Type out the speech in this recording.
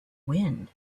wind